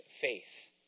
faith